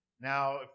Now